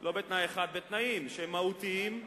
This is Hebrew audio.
לא בתנאי אחד, בתנאים שהם מהותיים,